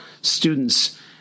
students